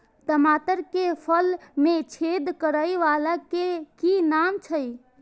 टमाटर के फल में छेद करै वाला के कि नाम छै?